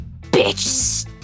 Bitch